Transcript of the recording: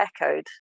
echoed